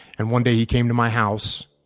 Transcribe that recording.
and one day he came to my house,